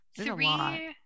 three